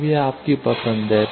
अब यह आपकी पसंद है